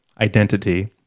identity